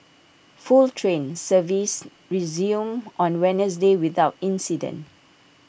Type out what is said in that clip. false train service resumed on Wednesday without incident